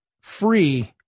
Free